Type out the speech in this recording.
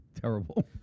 terrible